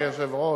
אדוני היושב-ראש,